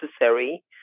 necessary